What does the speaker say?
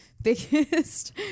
biggest